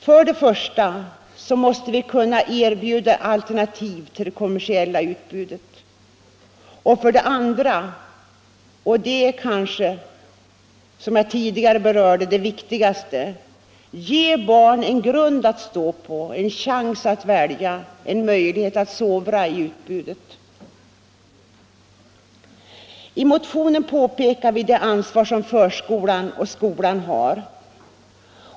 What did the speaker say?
För det första måste vi kunna erbjuda alternativ till det kommersiella utbudet och för det andra — och det är, som jag tidigare berörde, kanske det viktigaste — måste vi ge barnen en grund att stå på, en chans att välja och en möjlighet att sovra i utbudet. I motionen påpekar vi det ansvar som förskolan och skolan har.